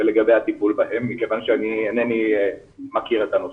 ולגבי הטיפול בהם כיוון שאינני מכיר את הנושא.